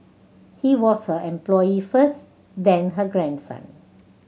he was her employee first then her grandson